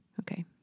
Okay